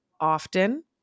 often